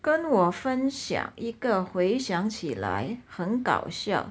跟我分享一个回想起来很搞笑